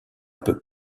peu